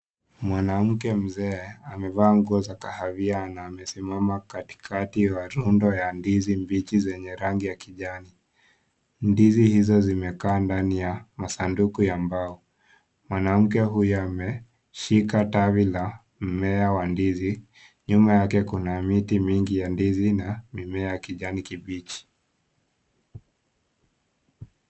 Mwanamke mzee amevaa nguo za kahawia na amesimama kati kati ya rundo ya ndizi mbichi zenye rangi ya kijani, ndizi hizo zimekaa ndani ya masanduku ya mbao, manamke huyu ameshika tawi la mmea wa ndizi, nyuma yake kuna miti mingi ya ndizi na mimea ya kijani kibichi.